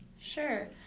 Sure